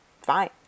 fine